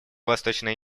восточная